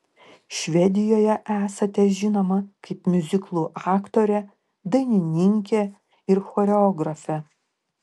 švedijoje esate žinoma kaip miuziklų aktorė dainininkė ir choreografė